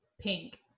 Pink